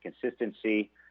consistency